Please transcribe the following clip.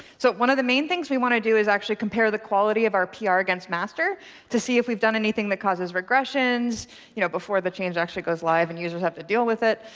so one of the main things we want to do is actually compare the quality of our pr ah against master to see if we've done anything that causes regressions you know before the change actually goes live and users have to deal with it.